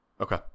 Okay